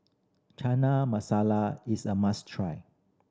Chana Masala is a must try